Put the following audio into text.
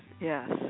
yes